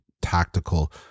tactical